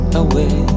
away